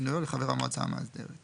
ולעניין חבר המנוי בסעיף 8א(א)(3) שר האוצר.